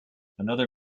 another